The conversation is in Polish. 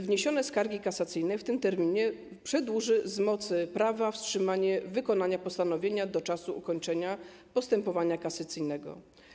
Wniesienie skargi kasacyjnej w tym terminie przedłuży z mocy prawa wstrzymanie wykonania postanowienia do czasu ukończenia postępowania kasacyjnego.